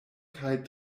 kaj